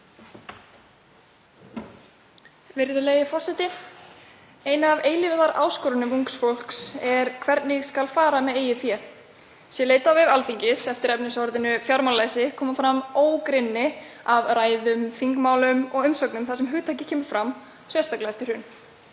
Virðulegi forseti. Ein af eilífðaráskorunum ungs fólks er hvernig skuli fara með eigið fé. Sé leitað á vef Alþingis eftir efnisorðinu fjármálalæsi koma fram ógrynni af ræðum, þingmálum og umsögnum þar sem hugtakið kemur fram, sérstaklega eftir hrun.